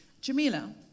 Jamila